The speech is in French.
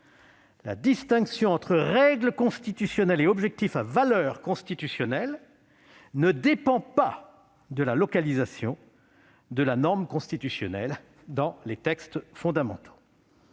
La distinction entre une règle constitutionnelle et un objectif à valeur constitutionnelle ne dépend pas de la localisation de la norme constitutionnelle dans les textes fondamentaux.